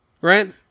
right